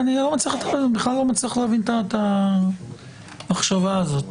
אני בכלל לא צריך להבין את המחשבה הזאת